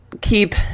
Keep